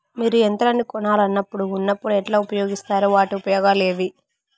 మీరు యంత్రాన్ని కొనాలన్నప్పుడు ఉన్నప్పుడు ఎట్లా ఉపయోగిస్తారు వాటి ఉపయోగాలు ఏవి?